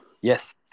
Yes